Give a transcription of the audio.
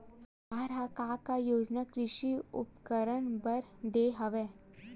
सरकार ह का का योजना कृषि उपकरण बर दे हवय?